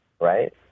right